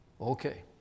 okay